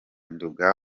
nduga